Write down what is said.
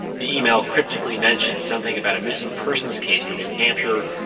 the email cryptically mentioned something about a missing persons case from new hampshire,